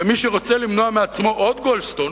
ומי שרוצה למנוע מעצמו עוד גולדסטון,